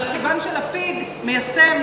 אבל כיוון שלפיד מיישם,